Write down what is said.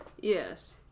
Yes